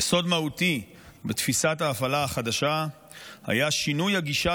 יסוד מהותי בתפיסת ההפעלה החדשה היה שינוי הגישה